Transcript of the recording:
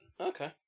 Okay